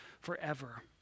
forever